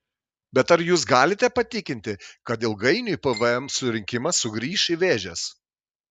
bet ar jūs galite patikinti kad ilgainiui pvm surinkimas sugrįš į vėžes